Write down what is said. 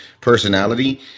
personality